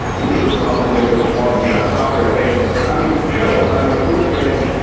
this is a problem that goes far beyond soccer. and i mean, hell, i mean sports fans.